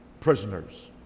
prisoners